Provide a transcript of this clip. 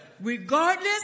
regardless